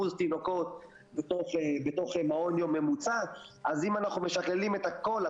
תינוקות במעון יום ממוצע ואם אנחנו משקללים את הכול,